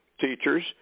teachers